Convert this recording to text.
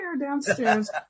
downstairs